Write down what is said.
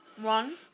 One